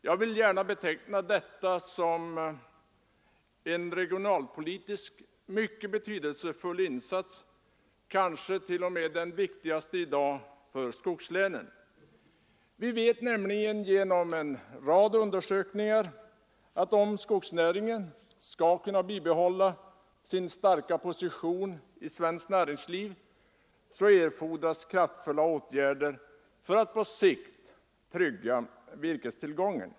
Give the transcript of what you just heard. Jag vill gärna beteckna detta som en regionalpolitiskt mycket betydelsefull insats, kanske t.o.m. den viktigaste i dag för skogslänen. Vi vet nämligen genom en rad undersökningar att om skogsnäringen skall kunna bibehålla sin starka position i svenskt näringsliv erfordras kraftfulla åtgärder för att på sikt trygga virkestillgången.